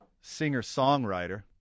singer-songwriter